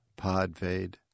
podfade